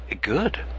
Good